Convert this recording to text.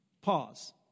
Pause